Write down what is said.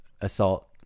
assault